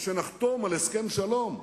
או כשנחתום על הסכם שלום,